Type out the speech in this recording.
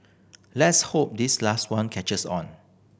let's hope this last one catches on